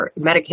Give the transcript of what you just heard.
Medicaid